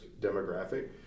demographic